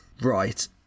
Right